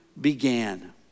began